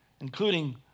including